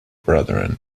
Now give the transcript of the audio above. brethren